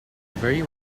very